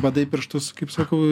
badai pirštus kaip sakau